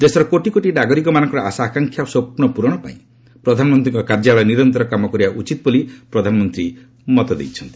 ଦେଶର କୋଟି କୋଟି ନାଗରିକମାନଙ୍କର ଆଶା ଆକାଂକ୍ଷା ଓ ସ୍ୱପ୍ନ ପୂରଣ ପାଇଁ ପ୍ରଧାନମନ୍ତ୍ରୀଙ୍କ କାର୍ଯ୍ୟାଳୟ ନିରନ୍ତର କାମ କରିବା ଉଚିତ ବୋଲି ପ୍ରଧାନମନ୍ତ୍ରୀ କହିଚ୍ଛନ୍ତି